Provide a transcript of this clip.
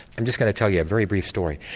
i'm just going to tell you a very brief story.